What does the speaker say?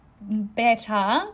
better